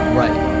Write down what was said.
right